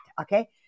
okay